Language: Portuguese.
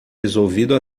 resolvido